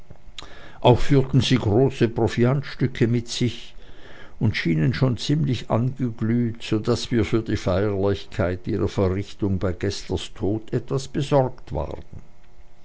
auch führten sie große proviantsäcke mit sich und schienen schon ziemlich angeglüht so daß wir für die feierlichkeit ihrer verrichtung bei geßlers tod etwas besorgt wurden